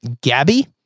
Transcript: Gabby